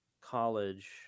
college